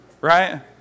Right